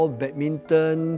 badminton